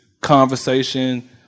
conversation